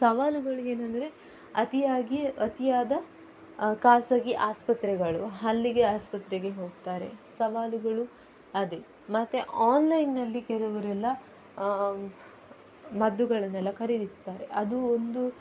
ಸವಾಲುಗಳು ಏನೆಂದ್ರೆ ಅತಿಯಾಗಿ ಅತಿಯಾದ ಖಾಸಗಿ ಆಸ್ಪತ್ರೆಗಳು ಹಲ್ಲಿಗೆ ಆಸ್ಪತ್ರೆಗೆ ಹೋಗ್ತಾರೆ ಸವಾಲುಗಳು ಅದೆ ಮತ್ತೆ ಆನ್ಲೈನ್ನಲ್ಲಿ ಕೆಲವರೆಲ್ಲ ಮದ್ದುಗಳನ್ನೆಲ್ಲ ಖರೀದಿಸ್ತಾರೆ ಅದು ಒಂದು